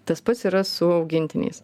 tas pats yra su augintiniais